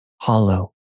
hollow